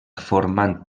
formant